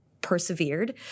persevered